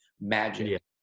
magic